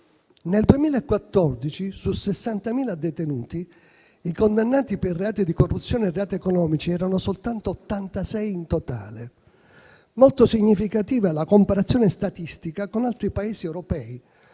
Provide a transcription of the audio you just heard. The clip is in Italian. nel 2014, su 60.000 detenuti, i condannati per reati di corruzione e reati economici erano soltanto 86 in totale. Molto significativa è la comparazione statistica con altri Paesi europei,